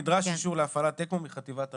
נדרש אישור להפעלת אקמו מחטיבת הרפואה,